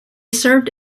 served